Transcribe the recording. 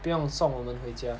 不用送我们回家